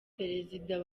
perezida